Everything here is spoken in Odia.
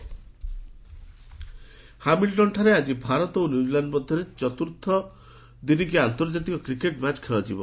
କ୍ରିକେଟ ହାମିଲଟନ୍ଠାରେ ଆଜି ଭାରତ ଓ ନ୍ୟୁଜିଲାଣ୍ଡ ମଧ୍ୟରେ ଚତୁର୍ଥ ଦିନିକିଆ ଆର୍ନ୍ତଜାତିକ କ୍ରିକେଟ ମ୍ୟାଚ ଖେଳାଯିବ